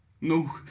No